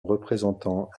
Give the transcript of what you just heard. représentant